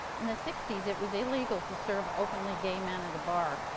in the sixty s, it was illegal to serve openly gay men at a bar.